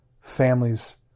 families